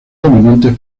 dominantes